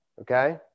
Okay